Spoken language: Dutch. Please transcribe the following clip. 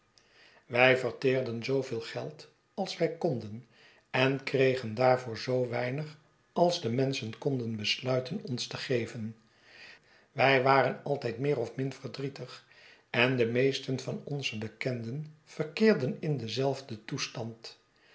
wij verteerden zooveel geld als wij konden en kregen daarvoor zoo weinig als de menschen konden besluiten ons te geven vyij waren altijd meer ofmin verdrietig en de meesten van onze bekenden verkeerden in denzelfden toestand